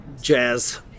jazz